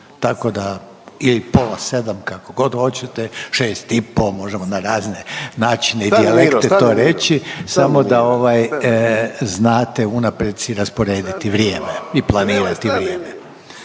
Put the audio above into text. Tako da ili pola 7 kako god hoćete, 6 i po, možemo na radne načine i dijalekte to reći samo da ovaj znate unaprijed si rasporediti vrijeme i planirati vrijeme.